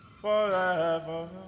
forever